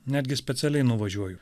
netgi specialiai nuvažiuoju